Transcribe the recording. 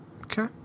Okay